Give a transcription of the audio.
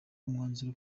umwanzuro